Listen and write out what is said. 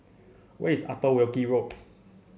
where is Upper Wilkie Road